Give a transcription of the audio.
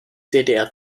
ddr